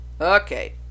Okay